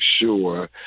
sure